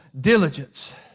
diligence